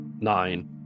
Nine